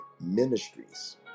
Ministries